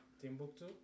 Timbuktu